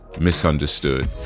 misunderstood